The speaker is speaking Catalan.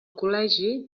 col·legi